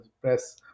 press